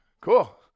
cool